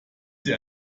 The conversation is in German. sie